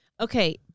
Okay